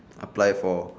apply for